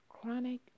Chronic